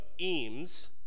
Eames